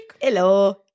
Hello